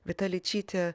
vita ličytė